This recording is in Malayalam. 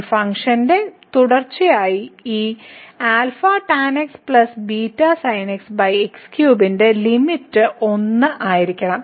ഈ ഫംഗ്ഷന്റെ തുടർച്ചയ്ക്ക് ഈ ന്റെ ലിമിറ്റ് 1 ആയിരിക്കണം